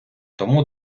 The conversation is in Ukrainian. тому